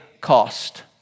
cost